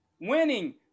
winning